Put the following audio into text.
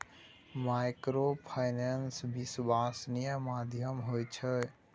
Microfinance विश्वासनीय माध्यम होय छै?